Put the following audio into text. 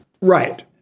Right